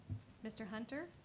mr. hunter?